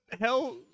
hell